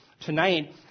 tonight